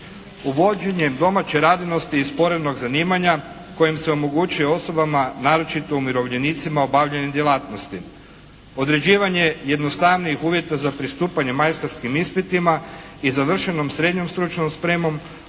Uvođenjem domaće radinosti iz sporenog zanimanja kojim se omogućuje osobama, naročito umirovljenicima obavljanje djelatnosti, određivanje jednostavnijih uvjeta za pristupanje majstorskim ispitima i završenom srednjom stručnom spremom